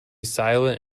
silent